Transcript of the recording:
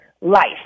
life